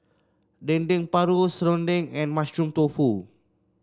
Dendeng Paru serunding and Mushroom Tofu